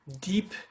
deep